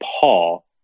Paul